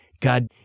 God